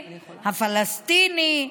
הפלסטיני,